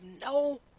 No